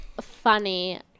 funny